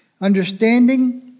Understanding